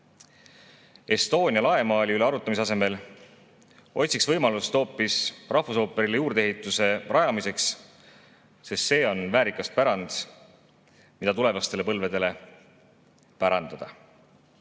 Estonia laemaali üle arutlemise asemel otsiks võimalust hoopis rahvusooperile juurdeehituse rajamiseks, sest see on väärikas pärand, mida tulevastele põlvedele pärandada.